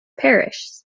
parish